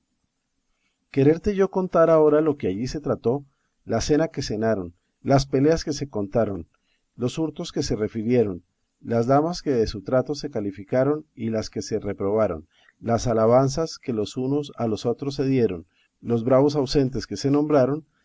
quererte yo contar ahora lo que allí se trató la cena que cenaron las peleas que se contaron los hurtos que se refirieron las damas que de su trato se calificaron y las que se reprobaron las alabanzas que los unos a los otros se dieron los bravos ausentes que se nombraron